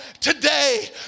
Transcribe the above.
today